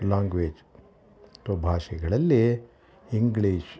language ಭಾಷೆಗಳಲ್ಲಿ English